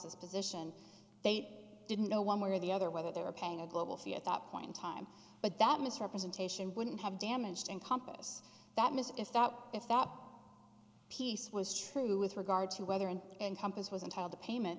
cross position they didn't know one way or the other whether they were paying a global fee at that point in time but that misrepresentation wouldn't have damaged encompass that ms stop if that piece was true with regard to whether and encompass was and how the payment